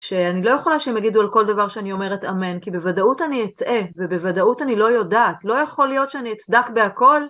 שאני לא יכולה שהם יגידו על כל דבר שאני אומרת אמן, כי בוודאות אני אטעה, ובוודאות אני לא יודעת. לא יכול להיות שאני אצדק בהכל.